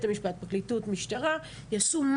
רק לרדת למיקרו של הכספים שהעירייה משקיעה ואין לזה שום תוצאות